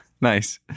Nice